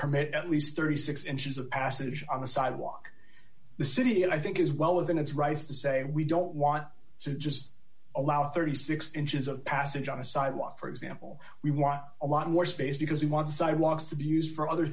permit at least thirty six inches of passage on the sidewalk the city and i think is well within its rights to say we don't want to just allow thirty six inches of passage on a sidewalk for example we want a lot more space because we want sidewalks to be used for other